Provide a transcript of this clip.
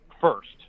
first